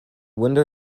window